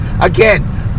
Again